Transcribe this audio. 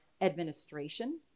administration